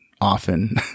often